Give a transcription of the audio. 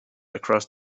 across